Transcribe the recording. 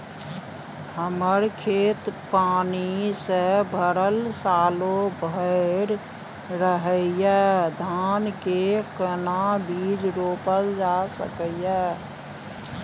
हमर खेत पानी से भरल सालो भैर रहैया, धान के केना बीज रोपल जा सकै ये?